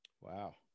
Wow